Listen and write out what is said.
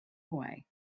away